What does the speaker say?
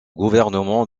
gouvernement